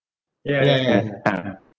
ya ya ah